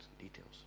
details